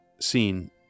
scene